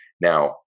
Now